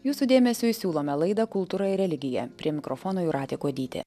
jūsų dėmesiui siūlome laidą kultūra ir religija prie mikrofono jūratė kuodytė